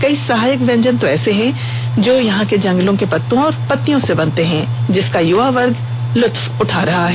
कई सहायक व्यंजन तो ऐसे हैं जो यहां के जंगलों की पत्तों और पत्तियों से बनते हैं जिसका युवा वर्ग काफी लुत्फ उठा रहे हैं